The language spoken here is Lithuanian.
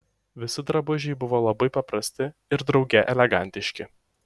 visi drabužiai buvo labai paprasti ir drauge elegantiški